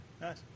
Nice